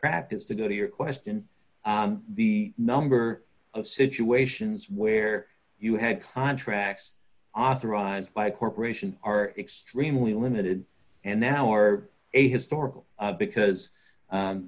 practice to go to your question the number of situations where you had contracts authorised by a corporation are extremely limited and now are a historical because